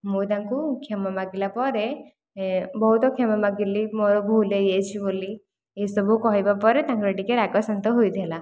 ମୁଁ ତାଙ୍କୁ କ୍ଷମା ମାଗିଲା ପରେ ବହୁତ କ୍ଷମା ମାଗିଲି ମୋର ଭୁଲ ହୋଇ ଯାଇଛି ବୋଲି ଏହି ସବୁ କହିବା ପରେ ତାଙ୍କର ଟିକେ ରାଗ ଶାନ୍ତ ହୋଇଥିଲା